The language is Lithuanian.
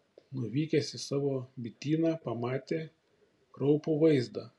nuvykęs į savo bityną pamatė kraupų vaizdą